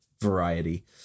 variety